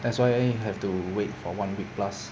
that's why have to wait for one week plus